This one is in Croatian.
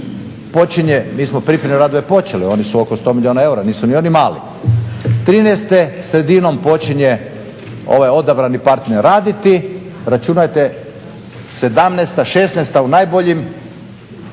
počinje, mi smo pripremne radove počeli, oni su oko 100 milijuna eura, nisu ni oni mali, '13. sredinom počinje ovaj odabrani partner raditi, računajte '17., '16. u najboljim,